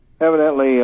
evidently